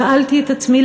שאלתי את עצמי,